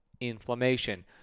inflammation